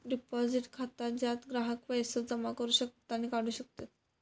deposit खाता ज्यात ग्राहक पैसो जमा करू शकतत आणि काढू शकतत